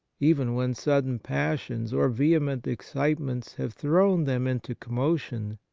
even when sudden passions or vehement excitements have thrown them into commotion,